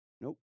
Nope